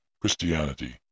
Christianity